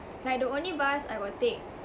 like the only bus I will take